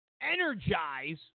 energize